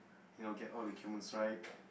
you know get all the equipments right